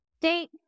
Date